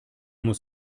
muss